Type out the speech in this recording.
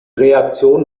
reaktion